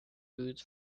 foods